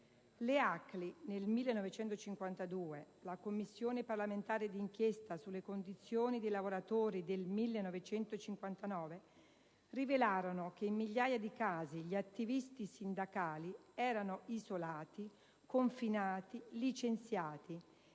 Le ACLI nel 1952, la Commissione parlamentare d'inchiesta sulle condizioni dei lavoratori del 1959, rivelarono che in migliaia di casi gli attivisti sindacali erano isolati, confinati, licenziati,